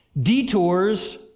Detours